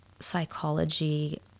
psychology